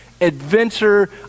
adventure